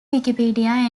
wikipedia